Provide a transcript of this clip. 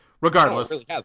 Regardless